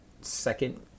second